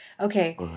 Okay